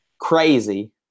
Crazy